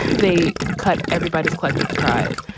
they cut everybody's collective prize.